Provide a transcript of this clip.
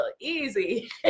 easy